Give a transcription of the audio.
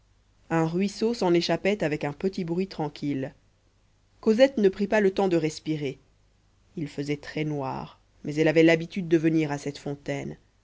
un ruisseau s'en échappait avec un petit bruit tranquille cosette ne prit pas le temps de respirer il faisait très noir mais elle avait l'habitude de venir à cette fontaine